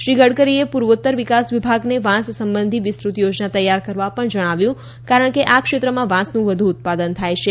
શ્રી ગડકરીએ પૂર્વોત્તર વિકાસ વિભાગથી વાસ સંબંધી વિસ્તૃત યોજના તૈયાર કરવા પણ જણાવ્યું કારણ કે આ ક્ષેત્રમાં વાંસનું વધુ ઉત્પાદન થાય છે